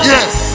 Yes